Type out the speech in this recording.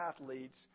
athletes